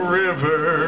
river